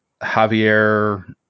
Javier